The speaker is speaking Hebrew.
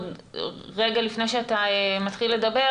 רגע לפני שאתה מתחיל לדבר,